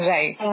Right